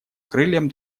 крыльям